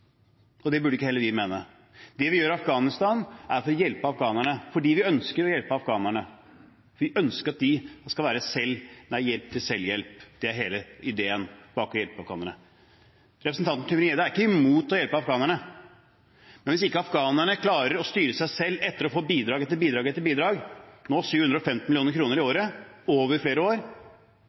og det burde heller ikke vi mene. Det vi gjør i Afghanistan, er for å hjelpe afghanerne – fordi vi ønsker å hjelpe afghanerne. Vi ønsker at det skal være hjelp til selvhjelp. Det er hele idéen bak å hjelpe afghanerne. Representanten Tybring-Gjedde er ikke imot å hjelpe afghanerne. Men hvis ikke afghanerne klarer å styre seg selv etter å ha fått bidrag etter bidrag etter bidrag, nå 750 mill. kr i året, over flere år,